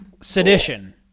sedition